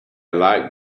like